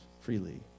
freely